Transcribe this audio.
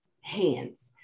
hands